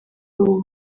ubu